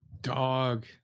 Dog